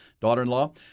daughter-in-law